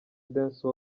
dance